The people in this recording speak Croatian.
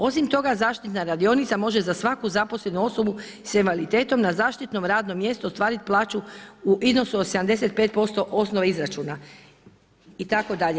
Osim toga, zaštitna radionica može za svaku zaposlenu osobu s invaliditetom na zaštitnom radnom mjestu ostvariti plaću u iznosu od 75% osnove izračuna itd.